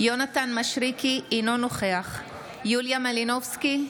יונתן מישרקי, אינו נוכח יוליה מלינובסקי,